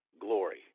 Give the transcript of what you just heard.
glory